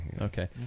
Okay